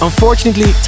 Unfortunately